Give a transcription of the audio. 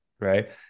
right